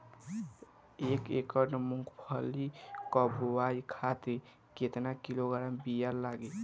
एक एकड़ मूंगफली क बोआई खातिर केतना किलोग्राम बीया लागी?